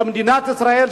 כמדינת ישראל,